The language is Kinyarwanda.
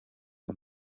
col